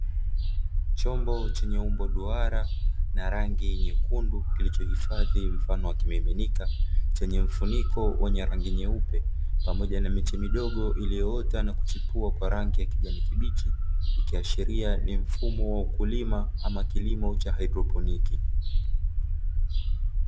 Chombo chenye umbo duara na rangi nyekundu kilichohifadhi mfano wa kimiminika, chenye mfuniko wenye rangi nyeupe pamoja na miche midogo iliyoota na kuchipua kwa rangi ya kijani kibichi, ikiashiria ni mfumo wa ukulima ama kilimo cha "HYDROPONIC".